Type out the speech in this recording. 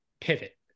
pivot